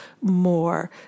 more